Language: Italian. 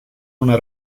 una